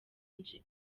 nje